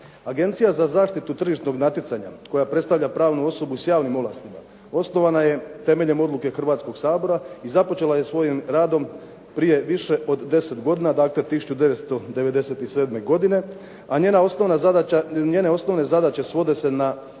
Agencija za zaštitu tržišnog natjecanja koja predstavlja pravnu osobu s javnim ovlastima osnovana je temeljem odluke Hrvatskoga sabora i započela je svojim radom prije više od 10 godina, dakle 1997. godine, a njena osnovna zadaća, njene osnovne